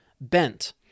bent